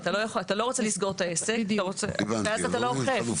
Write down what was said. אתה לא רוצה לסגור את העסק, כי אז אתה לא אוכף.